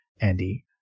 Andy